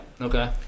Okay